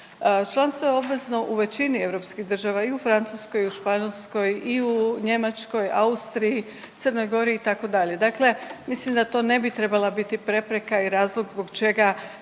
Članstvo je obvezno u većini europskih država i u Francuskoj i u Španjolskoj i u Njemačkoj, Austriji, Crnoj Gori itd., dakle mislim da to ne bi trebala biti prepreka i razlog zbog čega